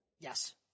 Yes